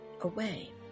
away